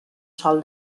sòl